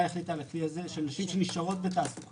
החליטה על הכלי הזה שנשים שנשארות בתעסוקה